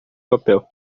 papel